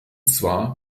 zwar